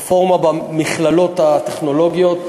רפורמה במכללות הטכנולוגיות.